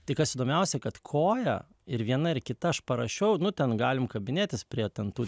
tai kas įdomiausia kad koja ir viena ir kita aš parašiau nu ten galim kabinėtis prie ten tų